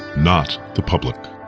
not the public.